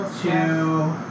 Two